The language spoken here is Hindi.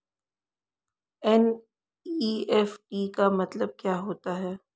एन.ई.एफ.टी का मतलब क्या होता है?